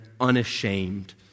unashamed